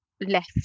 left